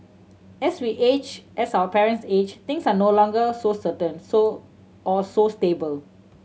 as we age as our parents age things are no longer so certain so or so stable